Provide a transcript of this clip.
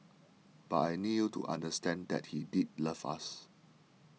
but I need you to understand that he did love us